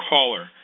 Caller